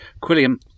Quilliam